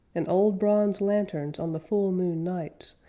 and old bronze lanterns on the full moon nights,